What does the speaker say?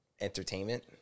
entertainment